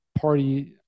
party